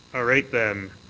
ah right then.